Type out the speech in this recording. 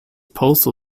postal